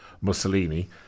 Mussolini